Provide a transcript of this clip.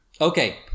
Okay